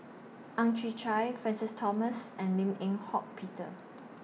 Ang Chwee Chai Francis Thomas and Lim Eng Hock Peter